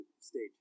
stage